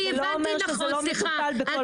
אבל זה לא אומר שזה לא מטופל בכל מחוז.